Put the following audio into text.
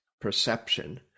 perception